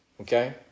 Okay